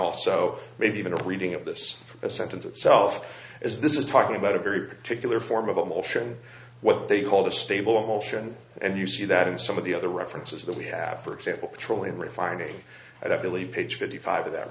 also maybe even a reading of this sentence itself is this is talking about a very particular form of emotion what they call the stable emotion and you see that in some of the other references that we have for example petroleum refinery i believe page fifty five that